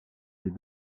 des